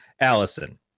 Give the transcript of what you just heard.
Allison